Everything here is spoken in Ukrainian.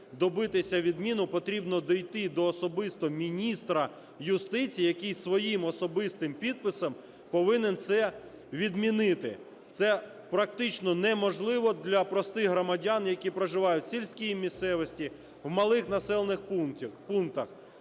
добитися відміни, потрібно дійти до особисто міністра юстиції, який своїм особистим підписом повинен це відмінити. Це практично неможливо для простих громадян, які проживають в сільській місцевості, в малих населених пунктах.